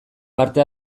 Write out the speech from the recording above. parte